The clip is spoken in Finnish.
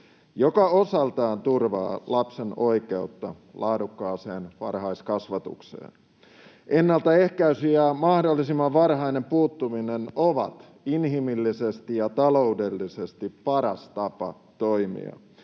joka osaltaan turvaa lapsen oikeutta laadukkaaseen varhaiskasvatukseen. Ennaltaehkäisy ja mahdollisimman varhainen puuttuminen ovat inhimillisesti ja taloudellisesti paras tapa toimia.